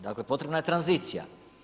Dakle, potrebna je tranzicija.